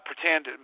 pretend